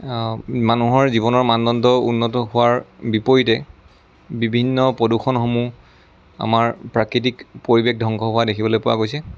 মানুহৰ জীৱনৰ মানদণ্ড উন্নত হোৱাৰ বিপৰীতে বিভিন্ন প্ৰদূষণসমূহ আমাৰ প্ৰাকৃতিক পৰিৱেশ ধ্বংশ হোৱা দেখিবলৈ পোৱা গৈছে